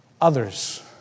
others